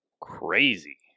crazy